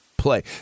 play